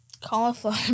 Cauliflower